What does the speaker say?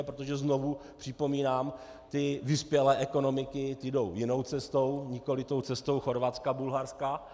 Protože znovu připomínám, vyspělé ekonomiky jdou jinou cestou, nikoli cestou Chorvatska, Bulharska.